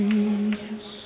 Jesus